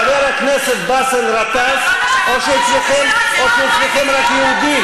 אדוני היושב-ראש, מה זה שמאל בוגדני?